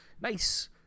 nice